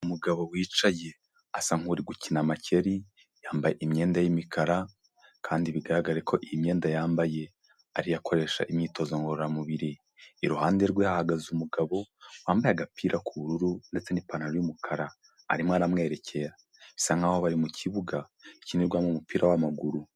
Umugabo wicaye, asa nkuri gukina makeri, yambaye imyenda y'imikara, kandi bigaragare ko imyenda yambaye ariyo akoresha imyitozo ngororamubiri, iruhande rwe hahagaze umugabo wambaye agapira k'ubururu, ndetse n'ipantaro y'umukara, arimo aramwerekera, bisa nkaho bari mu kibuga, gikinirwamo umupira w'amaguru.